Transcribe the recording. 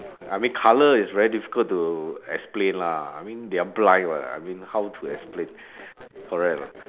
I mean colour is very difficult to explain lah I mean they are blind [what] I mean how to explain correct or not